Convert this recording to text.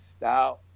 Now